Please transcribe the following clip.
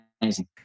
amazing